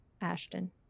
Ashton